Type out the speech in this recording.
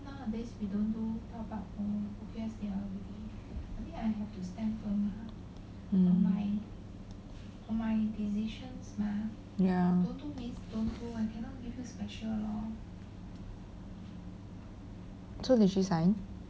hmm ya so did she sign